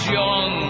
young